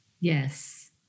Yes